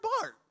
Bart